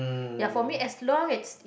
ya for me as long as it